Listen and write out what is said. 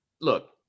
look